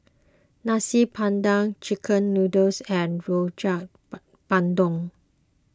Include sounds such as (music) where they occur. Nasi Padang Chicken Noodles and Rojak (unintelligible) Bandung